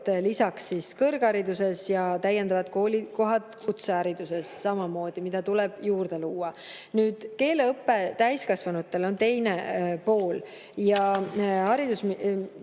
lisaks kõrghariduses, ja täiendavad koolikohad kutsehariduses, mida tuleb juurde luua. Nüüd, keeleõpe täiskasvanutele on teine pool. Haridus-